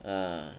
ah